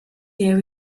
year